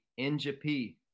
NJP